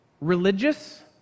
religious